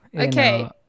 Okay